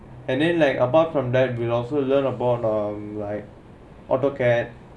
and then like apart from that we also learn about um like autocad